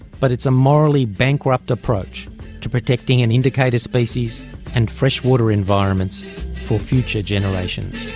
but it's a morally bankrupt approach to protecting an indicator species and freshwater environments for future generations.